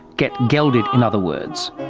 get gelded, in other words.